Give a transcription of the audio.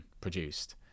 produced